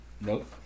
Nope